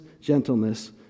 gentleness